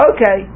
Okay